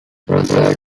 broussard